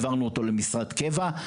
העברנו אותו למשרת קבע,